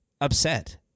upset